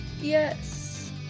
Yes